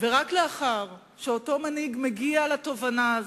ורק לאחר שמנהיג מגיע לתובנה הזאת,